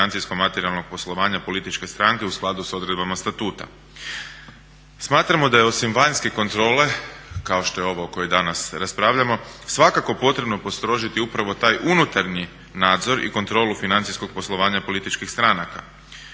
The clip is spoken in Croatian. financijsko materijalnog poslovanja političke stranke u skladu s odredbama Statuta. Smatramo da je osim vanjske kontrole kao što je ovo o kojoj danas raspravljamo svakako potrebno postrožiti upravo taj unutarnji nadzor i kontrolu financijskog poslovanja političkih stranaka